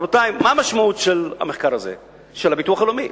רבותי, מה המשמעות של המחקר הזה של הביטוח הלאומי?